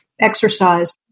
exercise